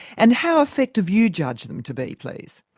and how effective you judge them to be, please?